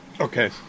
Okay